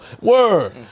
Word